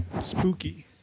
Spooky